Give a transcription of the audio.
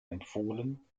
empfohlen